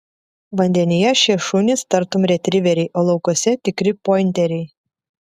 vandenyje šie šunys tartum retriveriai o laukuose tikri pointeriai